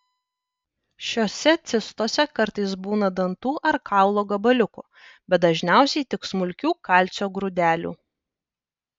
šiose cistose kartais būna dantų ar kaulo gabaliukų bet dažniausiai tik smulkių kalcio grūdelių